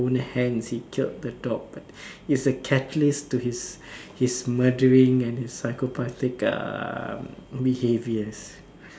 own hands he killed the dog but is a catalyst to his his murdering and psychopathic uh behaviours